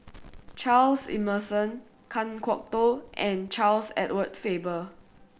Charles Emmerson Kan Kwok Toh and Charles Edward Faber